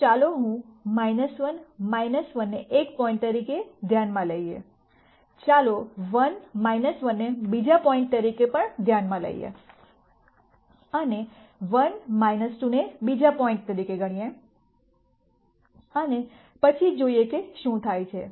તો ચાલો હું 1 1 ને એક પોઈન્ટ તરીકે ધ્યાનમાં લઈએ ચાલો 1 1 ને બીજા પોઈન્ટ તરીકે પણ ધ્યાનમાં લઈએ અને 1 2 ને બીજા પોઈન્ટ તરીકે ગણીએ અને પછી જોઈએ કે શું થાય છે